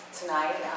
tonight